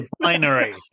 binary